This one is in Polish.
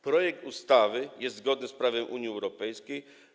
Projekt ustawy jest zgodny z prawem Unii Europejskiej.